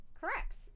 Correct